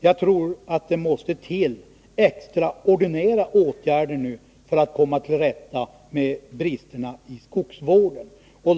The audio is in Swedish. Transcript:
Jag tror att det måste till extraordinära åtgärder nu för att man skall kunna komma till rätta med bristerna i skogsvården.